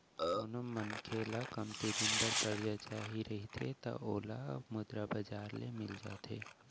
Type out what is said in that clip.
कोनो मनखे ल कमती दिन बर करजा चाही रहिथे त ओला मुद्रा बजार ले मिल जाथे